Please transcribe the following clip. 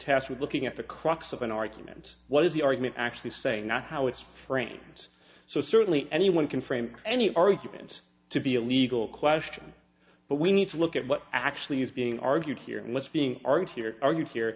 with looking at the crux of an argument what is the argument actually saying not how it's frames so certainly anyone can frame any argument to be a legal question but we need to look at what actually is being argued here and what's being armed here argued here